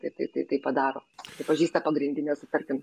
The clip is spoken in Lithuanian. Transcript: tai tai tai tai padaro pripažįsta pagrindine sutartim